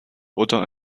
oder